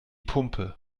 pumpe